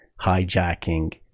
hijacking